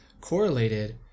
correlated